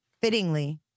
fittingly